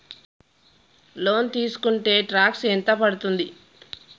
Loan తీస్కుంటే tax ఎంత పడ్తుంది?